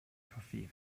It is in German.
café